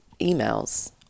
emails